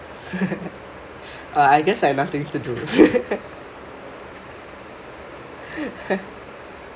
oh I guess I have nothing to do